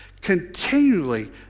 continually